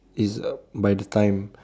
is uh by the time